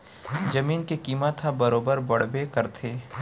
जमीन के कीमत ह बरोबर बड़बे करथे